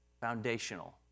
foundational